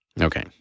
Okay